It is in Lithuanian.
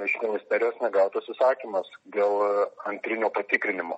iš ministerijos negautas įsakymas dėl antrinio patikrinimo